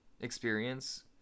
experience